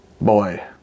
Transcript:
boy